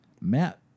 Matt